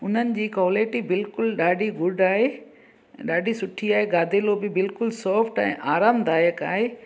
उन्हनि जी कॉलेटी बिल्कुलु ॾाढी गुड आहे ॾाढी सुठी आहे गादेलो बि बिल्कुलु सॉफ़्ट ऐं आरामु दायक आहे